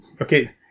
Okay